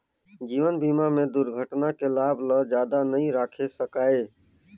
जीवन बीमा में दुरघटना के लाभ ल जादा नई राखे सकाये